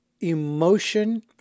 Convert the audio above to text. emotion